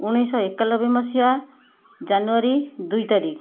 ଉଣେଇଶିଶହ ଏକାଲବେ ମସିହା ଜାନୁଆରୀ ଦୁଇ ତାରିଖ